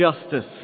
justice